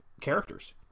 characters